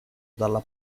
dalla